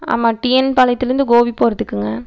ஆமாம் டிஎன் பாளையத்துலேருந்து கோபி போகிறதுக்குங்க